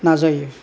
नाजायो